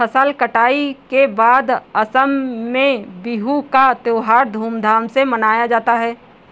फसल कटाई के बाद असम में बिहू का त्योहार धूमधाम से मनाया जाता है